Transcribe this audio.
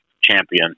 champion